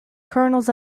kernels